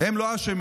הם לא אשמים.